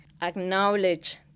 acknowledge